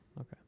Okay